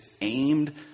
aimed